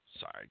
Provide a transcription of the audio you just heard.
Sorry